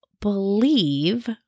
believe